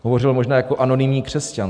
Hovořil zde možná jako anonymní křesťan.